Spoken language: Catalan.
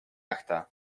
acte